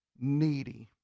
needy